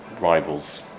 rivals